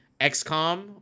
XCOM